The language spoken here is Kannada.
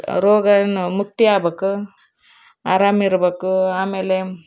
ರೋಗ ಇನ್ನು ಮುಕ್ತಿ ಆಗ್ಬೇಕು ಆರಾಮ ಇರ್ಬೇಕು ಆಮೇಲೆ